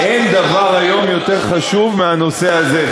אין היום דבר יותר חשוב מהנושא הזה,